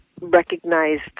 recognized